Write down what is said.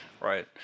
Right